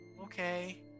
Okay